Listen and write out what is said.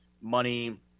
money